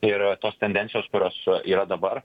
ir tos tendencijos kurios yra dabar